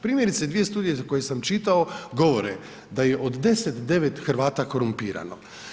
Primjerice dvije studije, za koje sam čitao govore, da je od 10 9 Hrvata korumpirano.